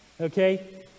Okay